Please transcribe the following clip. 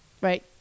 Right